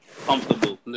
comfortable